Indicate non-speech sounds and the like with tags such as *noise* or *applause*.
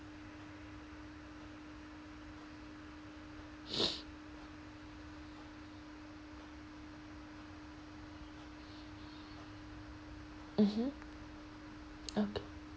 *noise* mmhmm okay